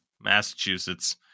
massachusetts